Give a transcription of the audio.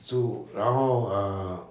住然后 err